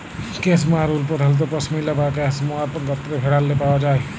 cashmere wool পধালত পশমিলা বা ক্যাসমোয়ার গত্রের ভেড়াল্লে পাউয়া যায়